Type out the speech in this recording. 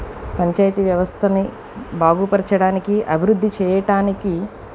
పంచాయతీ వ్యవస్థని బాగుపరచడానికి అభివృద్ధి చెయ్యటానికి